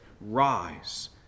rise